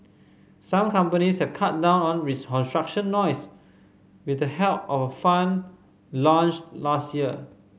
some companies have cut down on construction noise with the help of a fund launched last year